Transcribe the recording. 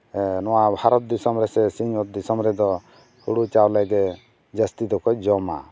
ᱱᱚᱣᱟ ᱵᱷᱟᱨᱚᱛ ᱫᱤᱥᱚᱢ ᱨᱮᱥᱮ ᱱᱚᱣᱟ ᱥᱤᱧᱚᱛ ᱫᱤᱥᱚᱢ ᱨᱮᱫᱚ ᱦᱳᱲᱳ ᱪᱟᱣᱞᱮ ᱜᱮ ᱡᱟᱹᱥᱛᱤ ᱫᱚᱠᱚ ᱡᱚᱢᱟ